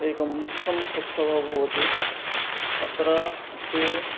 एकः मुख्यः उत्सवः भवति अत्र ते